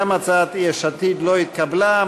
גם הצעת יש עתיד לא התקבלה.